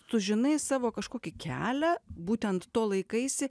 tu žinai savo kažkokį kelią būtent to laikaisi